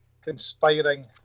conspiring